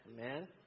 Amen